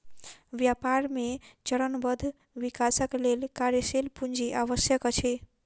व्यापार मे चरणबद्ध विकासक लेल कार्यशील पूंजी आवश्यक अछि